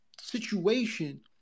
situation